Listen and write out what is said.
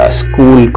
school